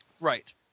Right